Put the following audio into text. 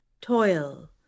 toil